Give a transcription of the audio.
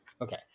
Okay